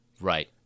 Right